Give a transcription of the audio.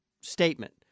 statement